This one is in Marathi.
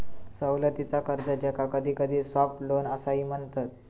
सवलतीचा कर्ज, ज्याका कधीकधी सॉफ्ट लोन असाही म्हणतत